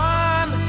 one